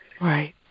Right